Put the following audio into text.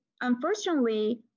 unfortunately